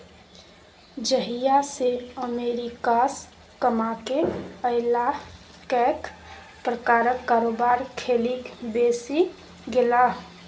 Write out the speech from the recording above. जहिया सँ अमेरिकासँ कमाकेँ अयलाह कैक प्रकारक कारोबार खेलिक बैसि गेलाह